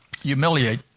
humiliate